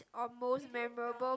or most memorable